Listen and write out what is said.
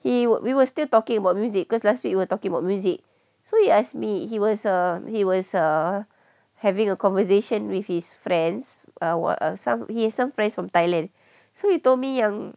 he would we were still talking about music cause last week we were talking about music so he ask me he was err he was a having a conversation with his friends our uh what some he has some friends from thailand so he told me yang